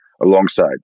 alongside